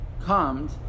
calmed